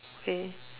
okay